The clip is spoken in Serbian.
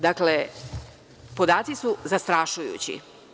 Dakle, podaci su zastrašujući.